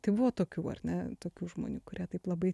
tai buvo tokių ar ne tokių žmonių kurie taip labai